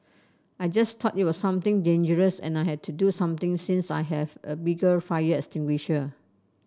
I just thought it was something dangerous and I had to do something since I have a bigger fire extinguisher